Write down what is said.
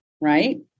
right